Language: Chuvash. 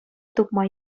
тупма